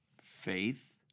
faith